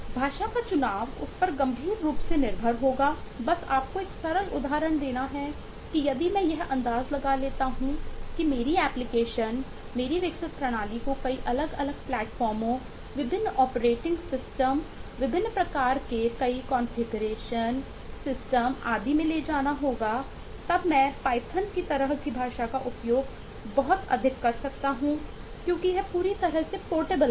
भाषा का चुनाव उस पर गंभीर रूप से निर्भर होगा बस आपको एक सरल उदाहरण देना है कि यदि मैं यह अंदाज़ लगा लेता हूं कि मेरी एप्लीकेशन है